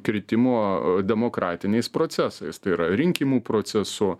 kritimo demokratiniais procesais tai yra rinkimų procesu